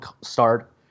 start